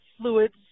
fluids